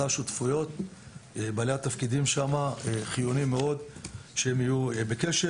זה תא שותפויות וחיוני מאוד שבעלי התפקידים שם יהיו בקשר.